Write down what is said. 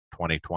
2020